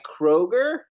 Kroger